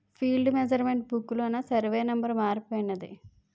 field measurement book లోన survey number మారిపోయింది